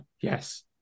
yes